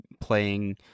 playing